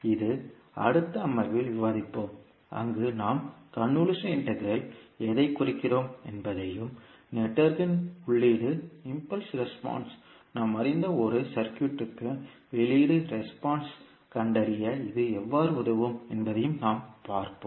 இது அடுத்த அமர்வில் விவாதிப்போம் அங்கு நாம் கன்வொல்யூஷன் இன்டெக்ரல் எதைக் குறிக்கிறோம் என்பதையும் நெட்வொர்க்கின் உள்ளீட்டு இம்பல்ஸ் ரெஸ்பான்ஸ் நாம் அறிந்த ஒரு சர்க்யூட்களின் வெளியீட்டு ரெஸ்பான்ஸ் கண்டறிய இது எவ்வாறு உதவும் என்பதையும் பார்ப்போம்